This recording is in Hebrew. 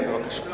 כן, בבקשה.